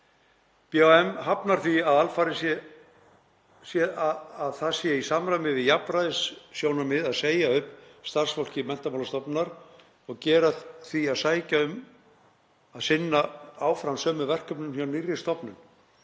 BHM hafnar því alfarið að það sé í samræmi við jafnræðissjónarmið að segja upp starfsfólki Menntamálastofnunar og gera því að sækja um að sinna áfram sömu verkefnum hjá nýrri stofnun.